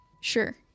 Sure